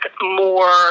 more